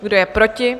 Kdo je proti?